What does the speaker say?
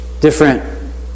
different